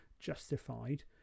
justified